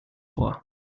vor